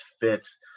fits